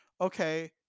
okay